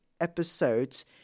episodes